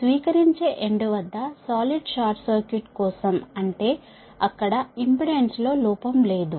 స్వీకరించే ఎండ్ వద్ద solid short circuit కోసం అంటే అక్కడ ఇంపెడెన్స్ లో లోపం లేదు